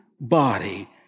body